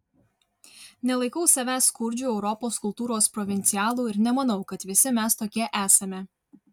nelaikau savęs skurdžiu europos kultūros provincialu ir nemanau kad visi mes tokie esame